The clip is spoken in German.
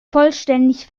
vollständig